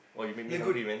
lagoon